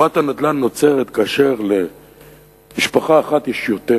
בועת הנדל"ן נוצרת כאשר למשפחה אחת יש יותר